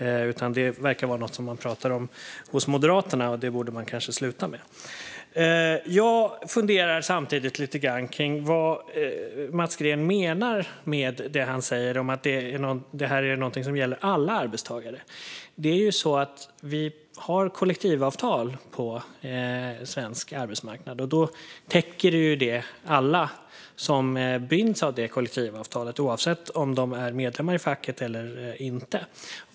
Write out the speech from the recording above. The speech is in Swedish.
Det verkar snarare vara någonting som man pratar om hos Moderaterna, och det borde man kanske sluta med. Jag funderar samtidigt lite grann kring vad Mats Green menar med det han säger om att detta är någonting som gäller alla arbetstagare. Det är ju så att vi har kollektivavtal på svensk arbetsmarknad, och ett kollektivavtal täcker alla som binds av det, oavsett om de är medlemmar i facket eller inte.